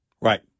Right